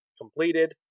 completed